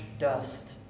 dust